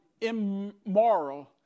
immoral